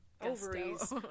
ovaries